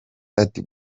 ati